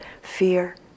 fear